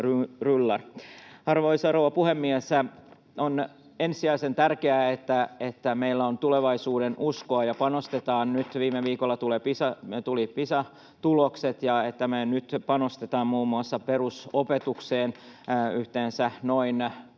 Arvoisa rouva puhemies! On ensisijaisen tärkeää, että meillä on tulevaisuudenuskoa ja panostetaan, kun viime viikolla tulivat Pisa-tulokset, muun muassa perusopetukseen yhteensä noin 200